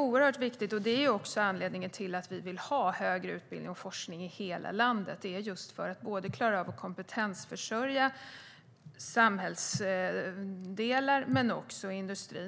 oerhört viktigt. Anledningen till att vi vill ha högre utbildning och forskning i hela landet är just att klara av att kompetensförsörja både samhällsdelar och industrin.